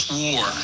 war